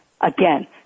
Again